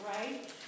right